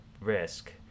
risk